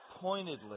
pointedly